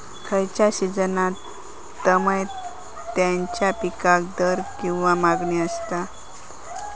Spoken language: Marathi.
खयच्या सिजनात तमात्याच्या पीकाक दर किंवा मागणी आसता?